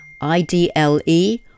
I-D-L-E